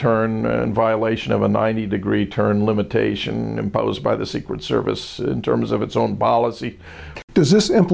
turn violation of a ninety degree turn limitation imposed by the secret service in terms of its own biology does this